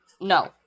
no